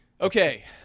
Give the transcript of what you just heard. Okay